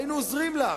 היינו עוזרים לך,